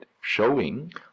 showing